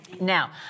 Now